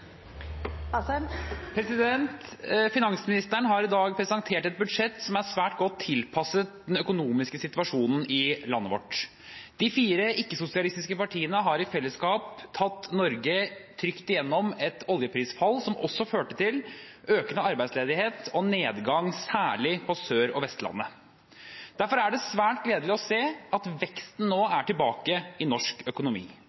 svært godt tilpasset den økonomiske situasjonen i landet vårt. De fire ikke-sosialistiske partiene har i fellesskap tatt Norge trygt igjennom et oljeprisfall som også førte til økende arbeidsledighet og nedgang, særlig på Sørlandet og Vestlandet. Derfor er det svært gledelig å se at veksten nå er tilbake i norsk økonomi.